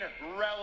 relevant